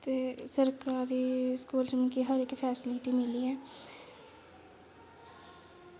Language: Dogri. ते सरकारी स्कूल च मिगी हर इक्क फेस्लिटी मिली ऐ